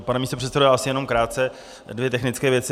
Pane místopředsedo, asi jenom krátce dvě technické věci.